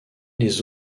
les